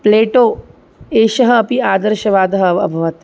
Plato एषः अपि आदर्शवादः अभवत्